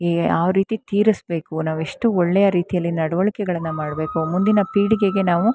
ಈ ಯಾವ ರೀತಿ ತೀರಿಸ್ಬೇಕು ನಾವೆಷ್ಟು ಒಳ್ಳೆಯ ರೀತಿಯಲ್ಲಿ ನಡವಳಿಕೆಗಳನ್ನ ಮಾಡಬೇಕು ಮುಂದಿನ ಪೀಳಿಗೆಗೆ ನಾವು